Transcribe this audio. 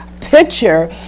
picture